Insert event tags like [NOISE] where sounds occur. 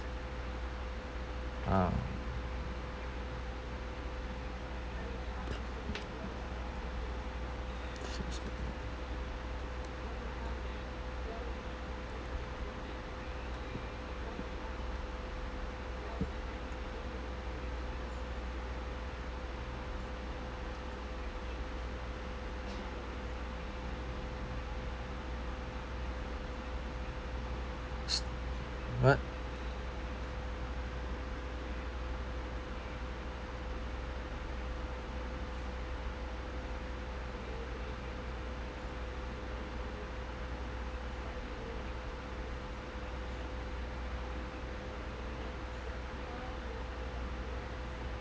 ah [NOISE] what